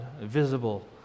visible